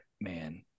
man